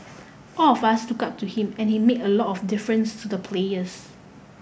all of us look up to him and he made a lot of difference to the players